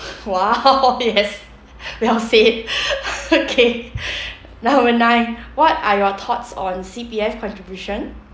!wow! yes well said okay number nine what are your thoughts on C_P_F contribution